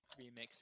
remix